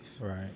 Right